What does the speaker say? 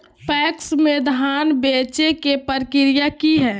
PACS में धाम बेचे के प्रक्रिया की हय?